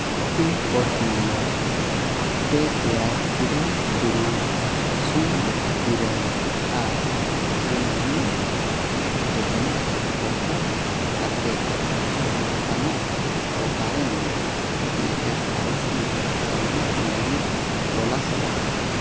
pin code number ᱯᱮ ᱮᱭᱟᱭ ᱤᱨᱟᱹᱞ ᱛᱩᱨᱩᱭ ᱥᱩᱱ ᱤᱨᱟᱹᱞ ᱟᱨ ᱤᱭᱩᱱᱟᱭᱱᱤ ᱡᱚᱛᱚᱱᱟᱜ ᱠᱚ ᱚᱯᱷᱟᱨ ᱠᱟᱛᱮᱫ ᱱᱚᱝᱠᱟᱱᱟᱜ ᱴᱚᱴᱷᱟ ᱨᱮ ᱢᱮᱱᱟᱜᱼᱟ ᱤ ᱮᱥ ᱟᱭ ᱥᱤ ᱛᱟᱞᱢᱟ ᱠᱚ ᱞᱟᱹᱜᱤᱫ ᱛᱚᱞᱟᱥ ᱢᱮ